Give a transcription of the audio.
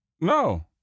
No